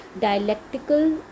dialectical